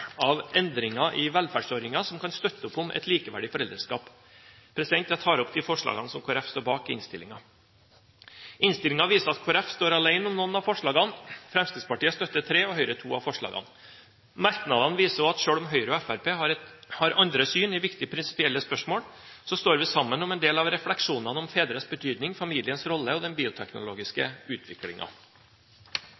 av endringer i velferdsordningene som kan støtte opp om et likeverdig foreldreskap. Jeg tar opp de forslagene som Kristelig Folkeparti står bak i innstillingen. Innstillingen viser at Kristelig Folkeparti står alene om noen av forslagene. Fremskrittspartiet støtter tre og Høyre to av forslagene. Merknadene viser òg at selv om Høyre og Fremskrittspartiet har andre syn i viktige prinsipielle spørsmål, står vi sammen om en del av refleksjonene om fedres betydning, familiens rolle og den bioteknologiske